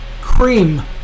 Cream